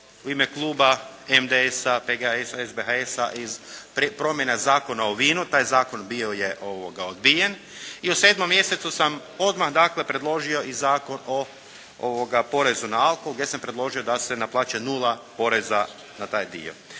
u ime kluba MDS-a, PGS-a, SBHS-a promjene Zakona o vinu. Taj zakon bio je odbijen. I u sedmom mjesecu sam odmah dakle predložio i Zakon o porezu na alkohol gdje sam predložio da se naplaćuje nula poreza na taj dio.